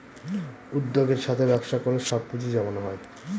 উদ্যোগের সাথে ব্যবসা করলে সব পুজিঁ জমানো হয়